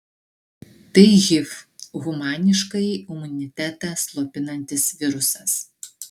tai hiv humaniškąjį imunitetą slopinantis virusas